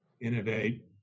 innovate